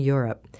Europe